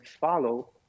follow